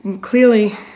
clearly